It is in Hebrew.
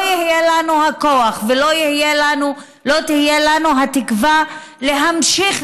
לא יהיה לנו הכוח ולא תהיה לנו התקווה להמשיך